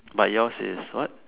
but yours is what